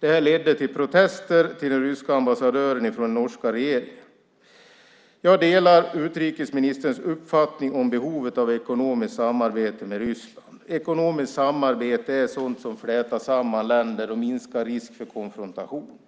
Detta ledde till protester från den norska regeringen till den ryska ambassadören. Jag delar utrikesministerns uppfattning om behovet av ekonomiskt samarbete med Ryssland. Ekonomiskt samarbete är sådant som flätar samman länder och minskar risken för konfrontation.